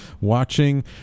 watching